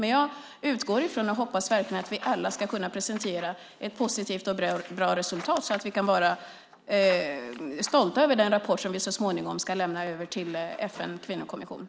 Men jag utgår ifrån och hoppas verkligen att vi alla ska kunna presentera ett positivt och bra resultat så att vi kan vara stolta över den rapport som vi så småningom ska lämna över till FN:s kvinnokommission.